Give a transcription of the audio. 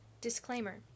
Disclaimer